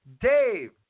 Dave